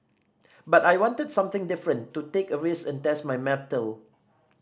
but I wanted something different to take a risk and test my mettle